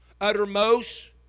Uttermost